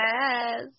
Yes